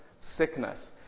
sickness